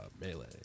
Melee